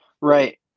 Right